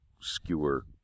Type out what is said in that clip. skewer